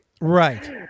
Right